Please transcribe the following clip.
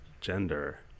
gender